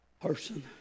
person